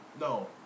No